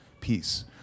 peace